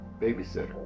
babysitter